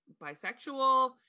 bisexual